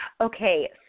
Okay